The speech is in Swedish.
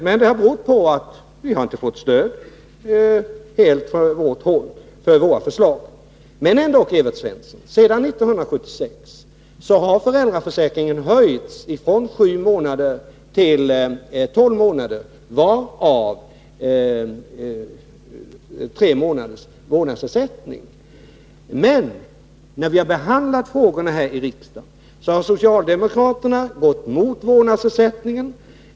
Men det har berott på att vi inte har fått stöd helt för våra förslag. Men ändock, Evert Svensson: Sedan 1976 har föräldraförsäkringen förlängts 131 Men när vi har behandlat frågorna här i riksdagen har socialdemokraterna gått emot vårdnadsersättningen.